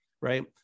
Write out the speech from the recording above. right